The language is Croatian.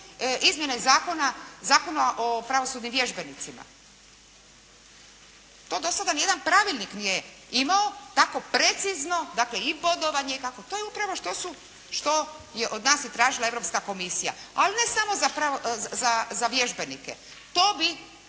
izmjene Zakona o pravosudnim vježbenicima. To do sada ni jedan pravilnik nije imao, tako precizno, dakle i bodovanje, to je upravo što je od nas i tražila Europska komisija. Ali ne samo za vježbenike, to bi